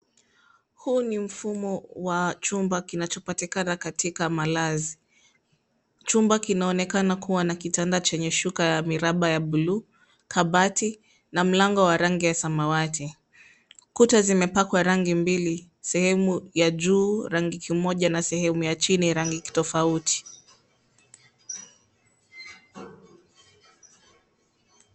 Huu ni mfumo wa chumba kinachopatikana katika malazi. Chumba kinaonekana kuwa na kitanda chenye shuka ya miraba ya buluu, kabati, na mlango wa rangi ya samawati. Kuta zimepakwa rangi mbili: sehemu ya juu ina rangi moja, na sehemu ya chini ina rangi tofauti.